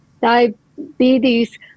diabetes